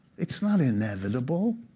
it's not inevitable.